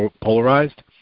polarized